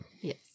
Yes